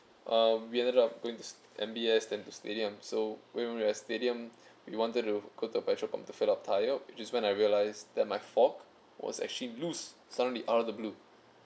um we ended up going to M_B_S then to stadium so when we were at stadium we wanted to go to the petrol park to fill up tire just when I realized that my fork was actually bruised suddenly out of the blue